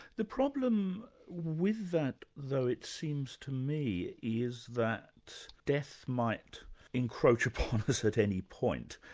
the problem with that though, it seems to me, is that death might encroach upon us at any point,